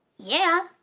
yeah!